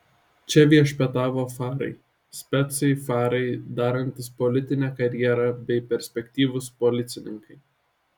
čia viešpatavo farai specai farai darantys politinę karjerą bei perspektyvūs policininkai